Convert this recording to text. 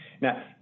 Now